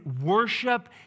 worship